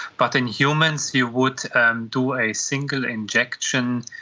but in humans you would and do a single injection,